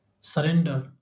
surrender